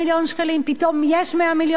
פתאום יש 100 מיליון שקלים.